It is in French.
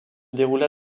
déroula